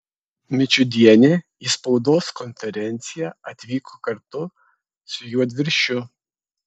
mičiudienė į spaudos konferenciją atvyko kartu su juodviršiu